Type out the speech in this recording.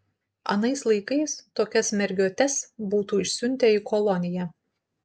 anais laikais tokias mergiotes būtų išsiuntę į koloniją